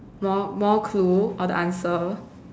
more more clue or the answer